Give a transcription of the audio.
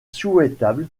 souhaitable